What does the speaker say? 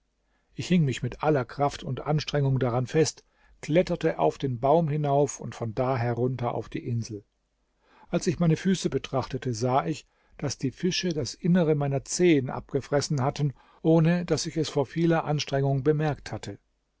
ich hing mich mit aller kraft und anstrengung daran fest kletterte auf den baum hinauf und von da herunter auf die insel als ich meine füße betrachtete sah ich daß die fische das innere meiner zehen abgefressen hatten ohne daß ich es vor vieler anstrengung bemerkt hatte